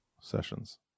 sessions